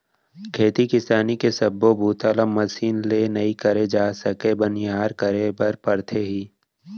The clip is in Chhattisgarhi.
खेती किसानी के सब्बो बूता ल मसीन ले नइ करे जा सके बनिहार करे बर परथे ही